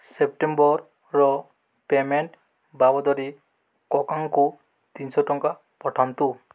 ସେପ୍ଟେମ୍ବର୍ର payment ବାବଦରେ କକାଙ୍କୁ ତିନିଶହ ଟଙ୍କା ପଠାନ୍ତୁ